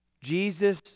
Jesus